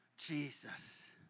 Jesus